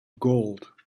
gold